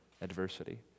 adversity